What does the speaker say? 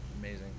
Amazing